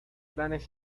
planes